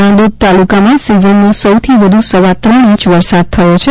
નાંદોદ તાલુકામાં સિઝનનો સૌથી વધુ સવા ત્રણ ઇંચ વરસાદ થયો છે